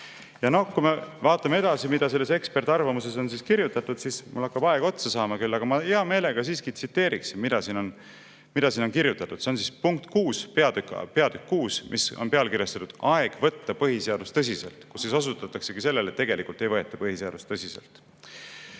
Ja kui me vaatame edasi, mida selles ekspertarvamuses on kirjutatud, siis … Mul hakkab küll aeg otsa saama, aga ma hea meelega siiski tsiteeriksin, mis siin on kirjutatud. See on peatükk 6, mis on pealkirjastatud "Aeg võtta põhiseadust tõsiselt", kus osutataksegi ka sellele, et tegelikult ei võeta tõsiselt.